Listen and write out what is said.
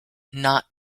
not